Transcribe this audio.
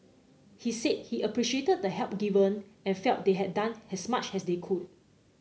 he said he appreciated the help given and felt they had done has much has they could